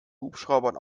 hubschraubern